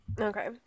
Okay